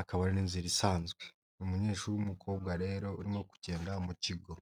akaba n'inzira isanzwe. Ni umunyeshuri w'umukobwa rero urimo kugenda mu kigo.